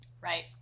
Right